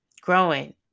growing